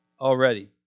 already